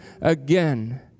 again